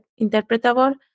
interpretable